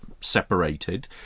separated